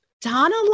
Donna